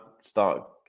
start